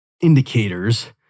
indicators